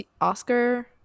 Oscar